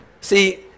See